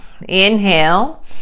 inhale